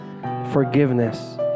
forgiveness